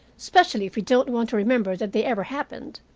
especially if we don't want to remember that they ever happened.